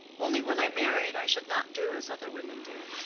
only when i married, i should not do as other women do.